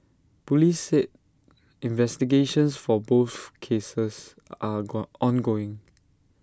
Police said investigations for both cases are go ongoing